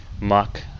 muck